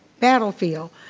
battlefield.